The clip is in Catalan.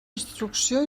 instrucció